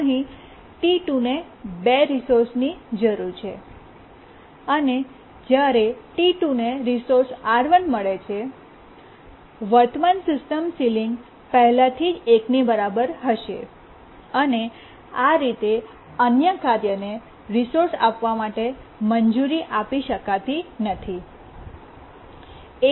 અહીં T2 ને 2 રિસોર્સની જરૂર છે અને જ્યારે T2 ને રિસોર્સ R1 મળે છે વર્તમાન સિસ્ટમ સીલીંગ પહેલાથી 1 ની બરાબર હશે અને આ રીતે અન્ય કાર્યને રિસોર્સ આપવા માટે મંજૂરી આપી શકાતી નથી